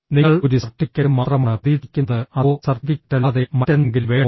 നിങ്ങൾ ഒരു സർട്ടിഫിക്കറ്റ് മാത്രമാണ് പ്രതീക്ഷിക്കുന്നത് അതോ സർട്ടിഫിക്കറ്റല്ലാതെ മറ്റെന്തെങ്കിലും വേണോ